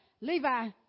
Levi